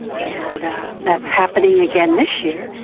and that's happening again this year,